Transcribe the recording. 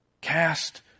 Cast